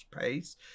pace